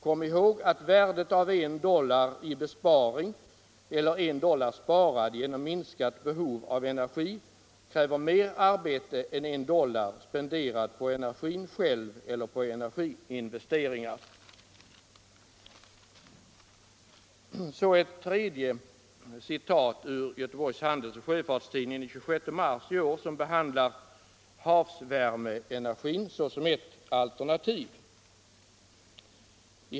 Kom ihåg att värdet av en dollar i besparing, eller en dollar sparad genom minskat behov av energi, kräver mer arbete än en dollar spenderad på energin själv eller på energiinvesteringar.” Så vill jag återge ett tredje citat ur Göteborgs Handelsoch Sjöfarts Tidning den 26 mars i år, som behandlar havsvärmeenergin såsom ett alternativ.